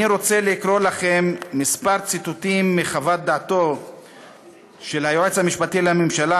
אני רוצה לקרוא לכם כמה ציטוטים מחוות דעתו של היועץ המשפטי לממשלה,